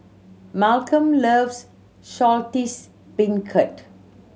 Malcom loves Saltish Beancurd